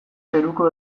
zeruko